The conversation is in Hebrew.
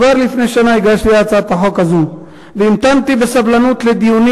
כבר לפני שנה הגשתי את הצעת החוק הזאת והמתנתי בסבלנות לדיונים